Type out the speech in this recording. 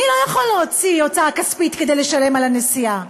אני לא יכול להוציא הוצאה כספית כדי לשלם על הנסיעה,